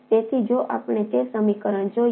તેથી જો આપણે તે સમીકરણ જોઈએ